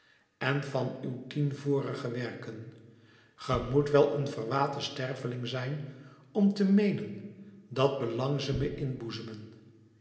en van uw tien vorige werken ge moet wel een verwaten sterveling zijn om te meenen dat belang ze me